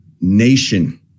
Nation